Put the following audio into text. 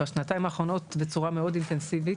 בשנתיים האחרונות בצורה מאוד אינטנסיבית.